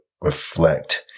reflect